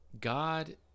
God